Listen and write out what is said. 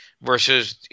versus